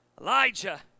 Elijah